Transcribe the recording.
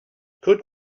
could